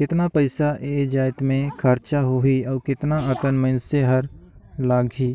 केतना पइसा ए जाएत में खरचा होही अउ केतना अकन मइनसे हर लगाही